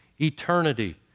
eternity